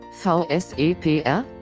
VSEPR